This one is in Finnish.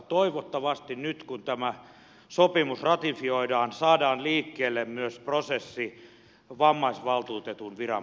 toivottavasti nyt kun tämä sopimus ratifioidaan saadaan liikkeelle myös prosessi vammaisvaltuutetun viran perustamiseksi